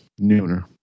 nooner